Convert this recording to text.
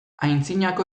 antzinako